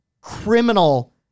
criminal